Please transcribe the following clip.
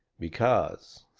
because,